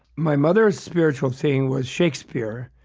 my mother's spiritual thing was shakespeare,